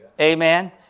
Amen